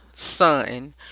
Son